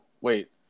wait